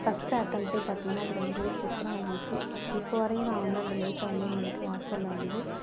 first அட்டெம்ட்டே பார்த்தீங்கன்னா அது ரொம்பவே சூப்பராக இருந்துச்சு இப்போ வரையும் நான் வந்து அந்த லேஸை வந்து எங்கள் வீட்டு வாசலில் வந்து